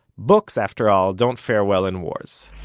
books after all don't farewell in wars